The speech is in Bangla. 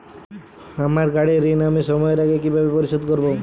আমার গাড়ির ঋণ আমি সময়ের আগে কিভাবে পরিশোধ করবো?